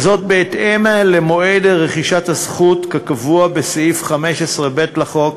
בהתאם למועד רכישת הזכות כקבוע בסעיף 15(ב) לחוק.